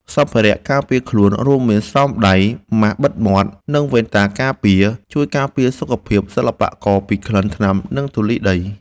សម្ភារៈការពារខ្លួន រួមមានស្រោមដៃ ម៉ាសបិទមាត់ និងវ៉ែនតាការពារ ជួយការពារសុខភាពសិល្បករពីក្លិនថ្នាំ និងធូលីដី។